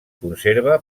conserva